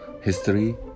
history